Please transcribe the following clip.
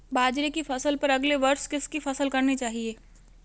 बाजरे की फसल पर अगले वर्ष किसकी फसल करनी चाहिए?